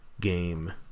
game